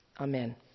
Amen